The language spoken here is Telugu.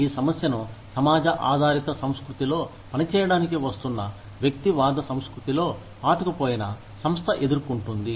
ఈ సమస్యను సమాజ ఆధారిత సంస్కృతిలో పనిచేయడానికి వస్తున్న వ్యక్తివాద సంస్కృతిలో పాతుకుపోయిన సంస్థ ఎదుర్కొంటుంది